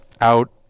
out